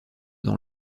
dans